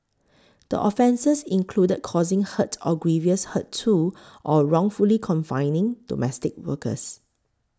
the offences included causing hurt or grievous hurt to or wrongfully confining domestic workers